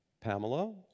Pamela